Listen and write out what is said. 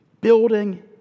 building